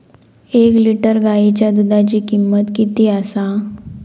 एक लिटर गायीच्या दुधाची किमंत किती आसा?